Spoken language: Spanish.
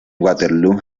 waterloo